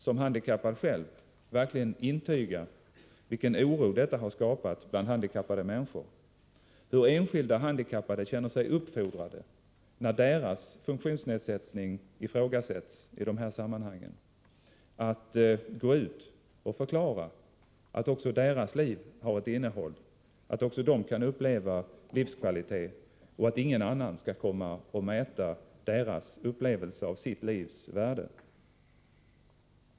Som handikappad kan jag verkligen intyga vilken oro detta har skapat bland handikappade människor, hur enskilda handikappade när deras funktionsnedsättning ifrågasätts i dessa sammanhang känner sig uppfordrade att gå ut och förklara att också deras liv har ett innehåll, att också de kan uppleva livskvalitet och att ingen annan skall komma och mäta deras upplevelser av sitt livs värde.